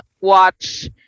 watch